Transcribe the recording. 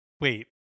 wait